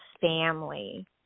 family